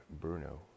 Bruno